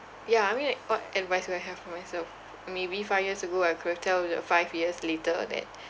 ya I mean like what advice would I have for myself maybe five years ago I could have tell that five years later that